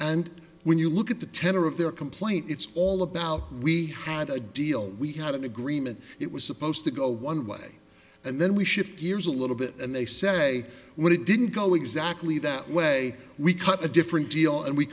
and when you look at the tenor of their complaint it's all about we had a deal we had an agreement it was supposed to go one way and then we shift gears a little bit and they say when it didn't go exactly that way we cut a different deal and we